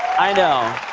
i know.